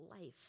life